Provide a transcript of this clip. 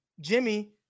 Jimmy